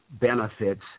benefits